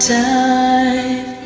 time